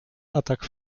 atak